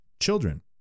children